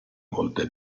molte